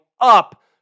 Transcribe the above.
up